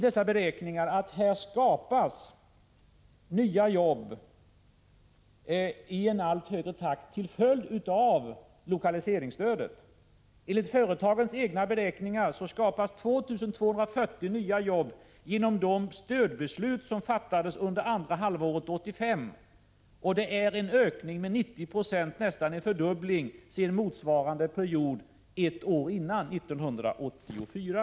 Dessa beräkningar visar att det skapats nya jobb i allt högre takt till följd av lokaliseringsstödet. Enligt företagens egna beräkningar skapades 2 240 nya jobb genom de stödbeslut som fattades under andra halvåret 1985. Det är en: ökning med 90 26, nästan en fördubbling, sedan Prot. 1985/86:104 motsvarande period året dessförinnan, 1984.